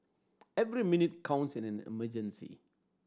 every minute counts in an emergency